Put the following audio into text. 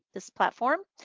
this platform?